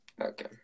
Okay